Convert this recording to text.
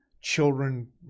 children